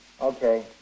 okay